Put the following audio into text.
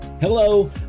Hello